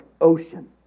ocean